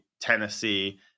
Tennessee